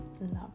love